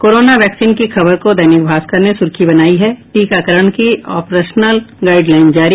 corona vaccine की खबर को दैनिक भास्कर ने सुर्खी बनाई है टीकाकरण की ऑपरेशनल गाईडलाइन जारी